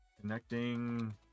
connecting